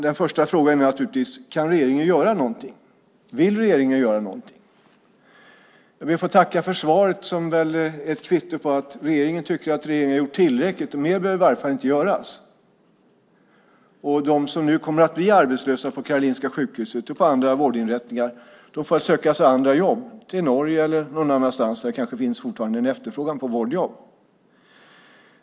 Den första frågan är naturligtvis: Kan regeringen göra någonting? Vill regeringen göra någonting? Jag ber att få tacka för svaret som väl är ett kvitto på att regeringen tycker att den har gjort tillräckligt. Mer behöver i varje fall inte göras. De som nu kommer att bli arbetslösa på Karolinska sjukhuset och andra vårdinrättningar får söka sig andra jobb, i Norge eller någon annanstans där det kanske fortfarande finns en efterfrågan på vårdjobb.